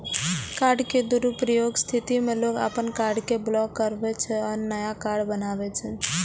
card के दुरुपयोगक स्थिति मे लोग अपन कार्ड कें ब्लॉक कराबै छै आ नया कार्ड बनबावै छै